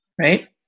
right